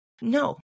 No